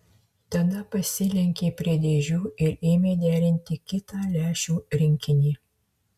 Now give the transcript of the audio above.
tada pasilenkė prie dėžių ir ėmė derinti kitą lęšių rinkinį